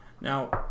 Now